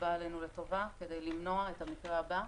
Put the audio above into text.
הבא עלינו לטובה כדי למנוע את המקרה הבא.